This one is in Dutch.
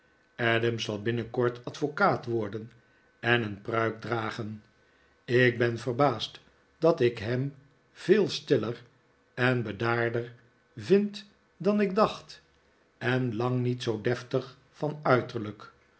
adams zal binnenkort advocaat worden en een pruik dragen ik ben verbaasd dat ik hem veel stiller en bedaarder vind dan ik dacht en lang niet zoo deftig van uiterlijk